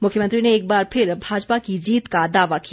मुख्यमंत्री ने एक बार फिर भाजपा की जीत का दावा किया